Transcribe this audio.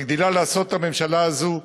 מגדילה לעשות הממשלה הזאת,